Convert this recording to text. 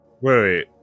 Wait